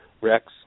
Rex